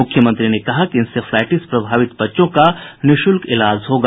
मुख्यमंत्री ने कहा कि इंसेफ्लाइटिस प्रभावित बच्चों का निःशुल्क इलाज होगा